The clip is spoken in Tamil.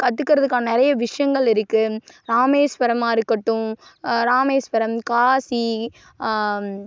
கற்றுக்கறதுக்கான நிறைய விஷயங்கள் இருக்குது ராமேஸ்வரமாக இருக்கட்டும் ராமேஸ்வரம் காசி